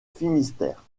finistère